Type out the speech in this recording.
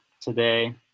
today